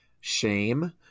shame